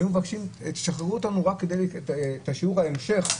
היו מבקשים: תשחררו אותנו רק לשיעור ההמשך.